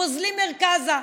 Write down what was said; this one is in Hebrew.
פוזלים מרכזה.